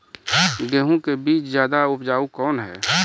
गेहूँ के बीज ज्यादा उपजाऊ कौन है?